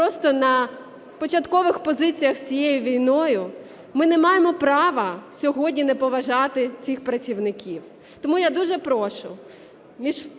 просто на початкових позиціях з цією війною, ми не маємо права сьогодні не поважати цих працівників. Тому я дуже прошу між